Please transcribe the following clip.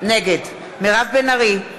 נגד מירב בן ארי,